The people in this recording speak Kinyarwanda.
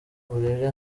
burere